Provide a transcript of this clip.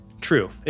True